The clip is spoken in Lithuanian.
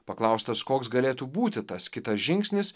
paklaustas koks galėtų būti tas kitas žingsnis